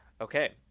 Okay